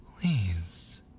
Please